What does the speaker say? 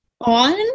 on